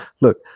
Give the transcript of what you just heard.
look